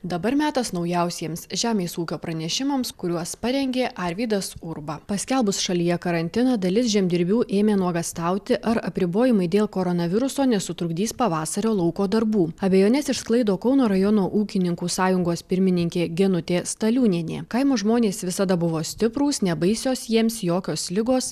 dabar metas naujausiems žemės ūkio pranešimams kuriuos parengė arvydas urba paskelbus šalyje karantiną dalis žemdirbių ėmė nuogąstauti ar apribojimai dėl koronaviruso nesutrukdys pavasario lauko darbų abejones išsklaido kauno rajono ūkininkų sąjungos pirmininkė genutė staliūnienė kaimo žmonės visada buvo stiprūs nebaisios jiems jokios ligos